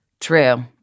True